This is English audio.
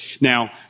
Now